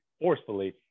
forcefully